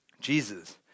Jesus